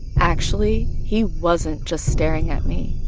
actually, he wasn't just staring at me,